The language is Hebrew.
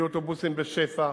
ויהיו אוטובוסים בשפע,